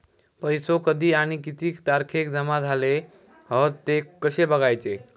पैसो कधी आणि किती तारखेक जमा झाले हत ते कशे बगायचा?